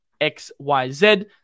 XYZ